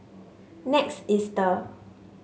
Next Easter